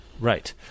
Right